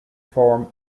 form